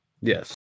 yes